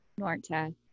Norta